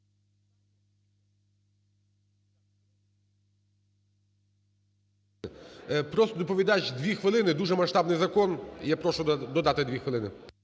доповідач дві хвилини, дуже масштабний закон, я прошу додати дві хвилини.